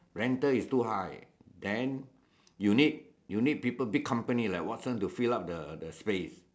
rental is too high then you need you need people big company like Watsons to fill up the space